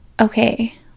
Okay